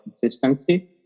consistency